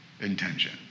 intention